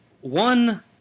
One